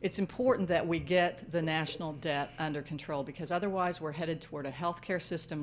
it's important that we get the national debt under control because otherwise we're headed toward a health care system